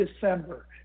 December